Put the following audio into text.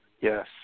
yes